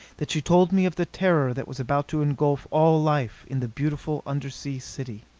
that she told me of the terror that was about to engulf all life in the beautiful undersea city.